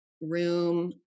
room